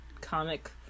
comic